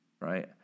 right